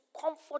comfort